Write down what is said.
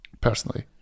personally